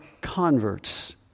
converts